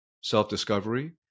self-discovery